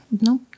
no